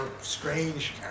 strange